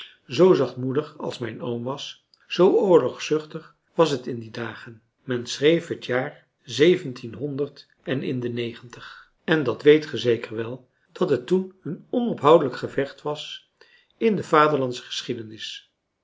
zoo zachtmoedig als oom was zoo oorlogzuchtig was het in die dagen men schreef het jaar zeventienhonderd en in de negentig en dat weet ge zeker wel dat het toen een onophoudelijk gevecht was in de